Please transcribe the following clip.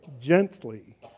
gently